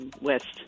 West